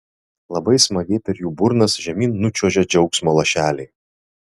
labai smagiai per jų burnas žemyn nučiuožia džiaugsmo lašeliai